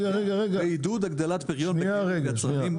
לעידוד הגדלת פריון בקרב יצרנים ישראלים.